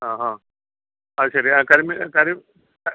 ആ ആ അത് ശരി ആ കരിമീൻ കരി ആ